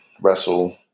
Wrestle